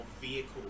vehicle